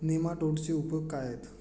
नेमाटोडचे उपयोग काय आहेत?